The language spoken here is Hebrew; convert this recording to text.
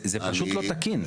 זה פשוט לא תקין.